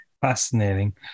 fascinating